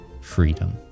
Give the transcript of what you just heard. freedom